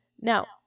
Now